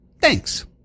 thanks